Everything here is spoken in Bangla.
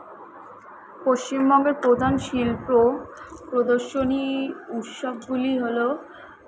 পশ্চিমবঙ্গের প্রধান শিল্প প্রদর্শনী উৎসবগুলি হলো